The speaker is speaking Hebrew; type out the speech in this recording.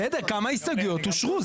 בסדר, כמה הסתייגויות אושרו?